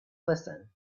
listen